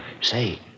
Say